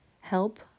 help